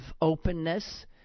openness